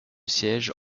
sièges